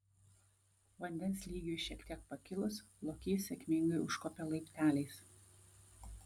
vandens lygiui šiek tiek pakilus lokys sėkmingai užkopė laipteliais